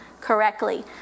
correctly